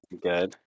Good